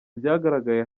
byagaragaye